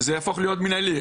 זה יהפוך להיות מנהלי.